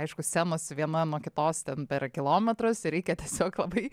aišku scenos viena nuo kitos ten per kilometrus ir reikia tiesiog labai